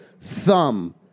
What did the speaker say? thumb